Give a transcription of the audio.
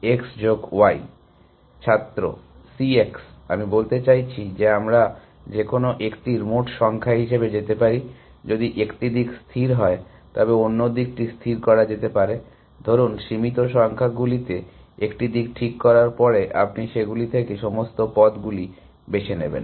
x যোগ y ছাত্র C x আমি বলতে চাইছি যে আমরা যেকোন একটির মোট সংখ্যা হিসাবে যেতে পারি যদি একটি দিক স্থির হয় তবে অন্য দিকটি স্থির করা যেতে পারে ধরুন সীমিত সংখ্যাগুলিতে একটি দিক ঠিক করার পরে আপনি সেগুলি থেকে সমস্ত পথগুলি বেছে নেবেন